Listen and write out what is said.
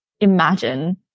imagine